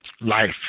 life